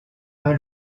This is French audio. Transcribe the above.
pas